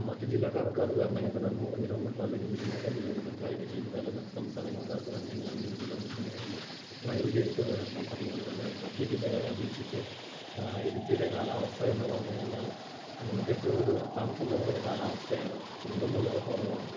മറ്റ് ജില്ലക്കാര്ക്ക് അത് വരണമെങ്കിൽ തന്നെ നൂറ് കിലോമീറ്റര് അല്ലെങ്കില് ഇരുന്നൂറ് കിലോമീറ്റര് ഡ്രൈവ് ചെയ്തിട്ടല്ലേ മറ്റു സംസ്ഥാനക്കാര്ക്ക് വരണമെങ്കില് അഞ്ഞൂറ് കിലോമീറ്ററിന് മുകളിൽ ഡ്രൈവ് ചെയ്തിട്ട് വരണം അതുപോലെ തന്നെ മറ്റു ജില്ലകളെ അപേക്ഷിച്ചു ഇടുക്കിയുടെ കാലാവസ്ഥ എന്ന് പറഞ്ഞു കഴിഞ്ഞാല് നമുക്ക് എപ്പോഴും ഒരു തണുപ്പ് നിറഞ്ഞ ഒരു കാലാവസ്ഥയാണ് ചൂട് എന്നുള്ളത് കുറവാണ്